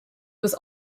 was